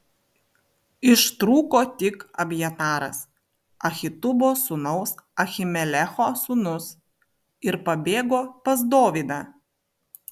ištrūko tik abjataras ahitubo sūnaus ahimelecho sūnus ir pabėgo pas dovydą